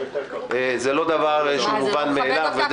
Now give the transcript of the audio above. זה לא דבר מובן מאליו.